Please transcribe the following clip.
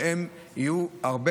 שהם יהיו,